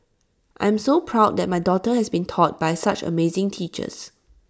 I'm so proud that my daughter has been taught by such amazing teachers